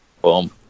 Boom